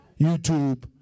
YouTube